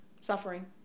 Suffering